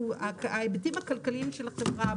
ההיבטים הכלכליים של החברה,